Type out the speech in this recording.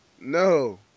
No